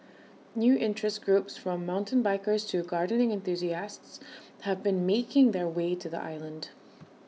new interest groups from mountain bikers to gardening enthusiasts have been making their way to the island